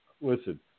listen